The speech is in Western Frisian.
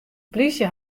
plysje